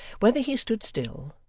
whether he stood still,